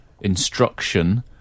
instruction